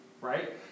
Right